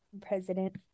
President